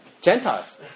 Gentiles